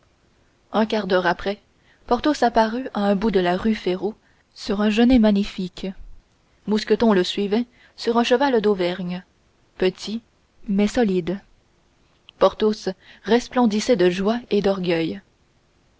un quart d'heure après porthos apparut à un bout de la rue férou sur un genet magnifique mousqueton le suivait sur un cheval d'auvergne petit mais solide porthos resplendissait de joie et d'orgueil